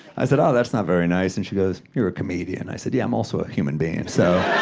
i said, oh, that's not very nice, and she goes, you're a comedian. i said, yeah, i'm also a human being, so.